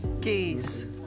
Geese